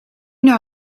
know